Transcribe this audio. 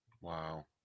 Wow